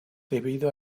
debido